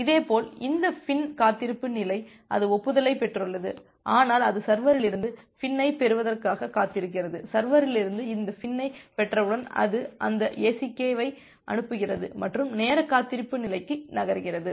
இதேபோல் இந்த FIN காத்திருப்பு நிலை அது ஒப்புதலைப் பெற்றுள்ளது ஆனால் அது சர்வரிலிருந்து FIN ஐப் பெறுவதற்காகக் காத்திருந்தது சர்வரிலிருந்து இந்த FIN ஐப் பெற்றவுடன் அது அந்த ACK ஐ அனுப்புகிறது மற்றும் நேர காத்திருப்பு நிலைக்கு நகர்கிறது